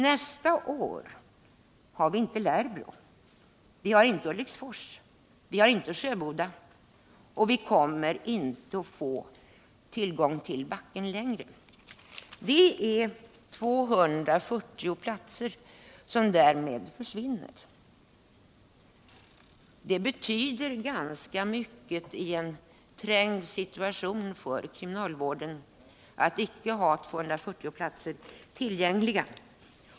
Nästa år har vi inte Lärbro, Ulriksfors och Sjöboda, och vi kommer inte att få tillgång till Backen längre. Det är 240 platser som därmed försvinner. Det betyder ganska mycket i en trängd situation för kriminalvårdsstyrelsen att icke ha 240 platser tillgängliga.